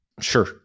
Sure